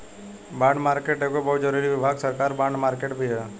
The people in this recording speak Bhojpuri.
बॉन्ड मार्केट के एगो बहुत जरूरी विभाग सरकार बॉन्ड मार्केट भी ह